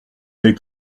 avec